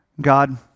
God